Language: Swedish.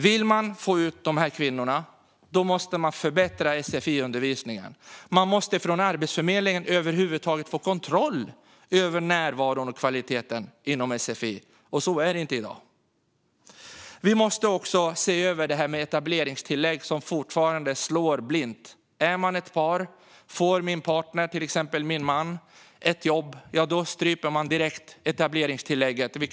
Vill man få ut dessa kvinnor på arbetsmarknaden måste man förbättra sfi-undervisningen. Man måste från Arbetsförmedlingen få kontroll över närvaron och kvaliteten inom sfi, och så är det inte i dag. Vi måste också se över detta med etableringstillägg, som fortfarande slår blint. Är man ett par och den ena partnern, till exempel mannen, får ett jobb, stryps etableringstillägget direkt.